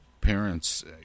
parents